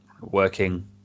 working